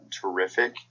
terrific